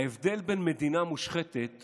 ההבדל בין מדינה מושחתת